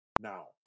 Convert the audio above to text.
now